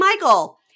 michael